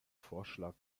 vorschlag